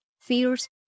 fears